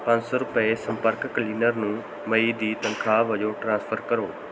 ਪੰਜ ਸੌ ਰੁਪਏ ਸੰਪਰਕ ਕਲੀਨਰ ਨੂੰ ਮਈ ਦੀ ਤਨਖਾਹ ਵਜੋਂ ਟ੍ਰਾਂਸਫਰ ਕਰੋ